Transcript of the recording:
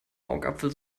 augapfel